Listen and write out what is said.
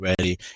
ready